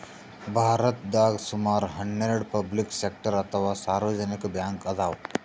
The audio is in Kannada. ಭಾರತದಾಗ್ ಸುಮಾರ್ ಹನ್ನೆರಡ್ ಪಬ್ಲಿಕ್ ಸೆಕ್ಟರ್ ಅಥವಾ ಸಾರ್ವಜನಿಕ್ ಬ್ಯಾಂಕ್ ಅದಾವ್